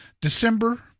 December